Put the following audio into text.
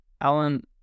alan